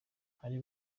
ari